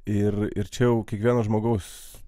ir ir čia kiekvieno žmogaus